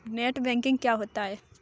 Net banking क्या होता है?